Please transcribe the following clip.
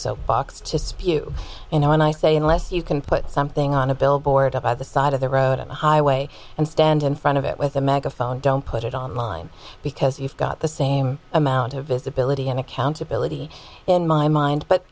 soapbox to spew you know and i say unless you can put something on a billboard up by the side of the road and highway and stand in front of it with a megaphone don't put it online because you've got the same amount of visibility and accountability in my mind but